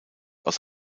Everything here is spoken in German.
aus